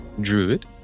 druid